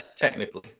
Technically